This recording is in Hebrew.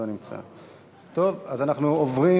אנחנו עוברים